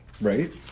right